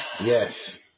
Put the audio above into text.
Yes